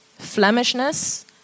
Flemishness